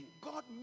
god